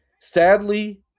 Sadly